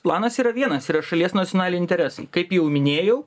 planas yra vienas yra šalies nacionaliniai interesai kaip jau minėjau